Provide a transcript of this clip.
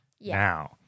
now